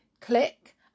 Click